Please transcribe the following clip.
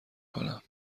کنم